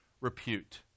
repute